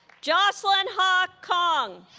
joslyn ha kong